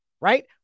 Right